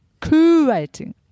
curating